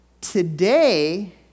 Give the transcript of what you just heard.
Today